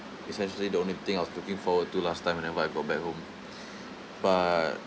essentially the only thing I was looking forward to last time whenever I got back home but